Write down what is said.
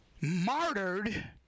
martyred